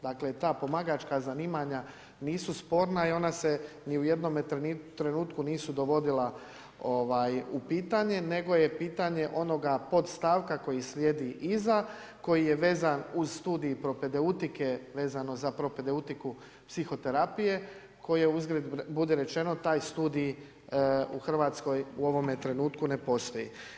Dakle, ta pomagača zanimanja nisu sporna i ona se ni u jednome trenutku nisu dovodila u pitanje, nego je pitanje, onoga podstavka, koji slijedi iza, koji je vezan uz studij propedeutike, vezano za propedeutiku psihoterapije, koji je bude rečeno, taj studij, u Hrvatskoj u ovome trenutku ne postoji.